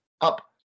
up